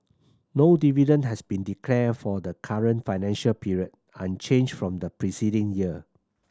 no dividend has been declared for the current financial period unchanged from the preceding year